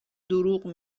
دروغ